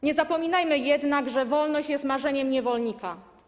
Nie zapominajmy jednak, że wolność jest marzeniem niewolnika.